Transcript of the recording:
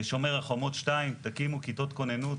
"שומר חומות 2", תקימו כיתות כוננות.